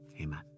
Amen